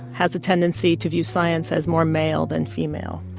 has a tendency to view science as more male than female.